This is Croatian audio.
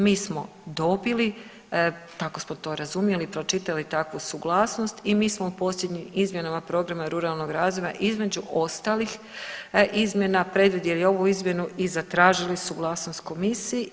Mi smo dobili, tako smo razumjeli, pročitali takvu suglasnost i mi smo u posljednjim izmjenama Programa ruralnog razvoja između ostalih izmjena predvidjeli i ovu izmjenu i zatražili suglasnost Komisije.